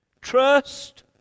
trust